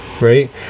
right